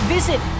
Visit